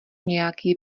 nějaký